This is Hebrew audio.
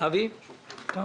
אבי ניסנקורן.